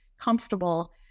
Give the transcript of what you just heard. comfortable